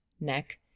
neck